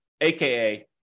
aka